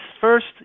first